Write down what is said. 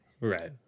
right